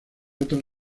otras